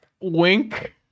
Wink